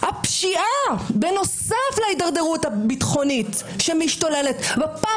הפשיעה בנוסף להידרדרות הביטחונית שמשתוללת בפעם